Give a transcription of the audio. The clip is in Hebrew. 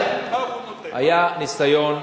ותק בשנות נישואים, מה הוא נותן לחד-הוריות?